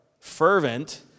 fervent